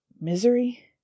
Misery